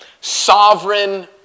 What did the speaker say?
sovereign